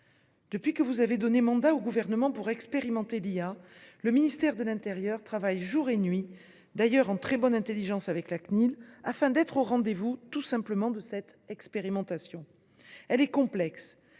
Depuis que vous avez donné mandat au Gouvernement pour expérimenter l'IA, le ministère de l'intérieur travaille jour et nuit, d'ailleurs en très bonne intelligence avec la Cnil, afin d'être au rendez-vous de cette expérimentation. Celle-ci est complexe